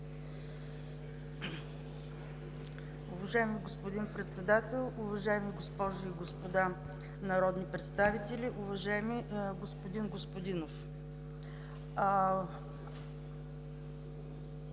Уважаема госпожо Председател, уважаеми госпожи и господа народни представители, уважаеми д-р Адемов!